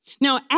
Now